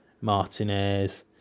Martinez